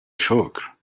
شکر